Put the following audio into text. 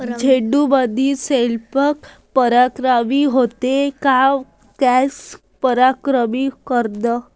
झेंडूमंदी सेल्फ परागीकरन होते का क्रॉस परागीकरन?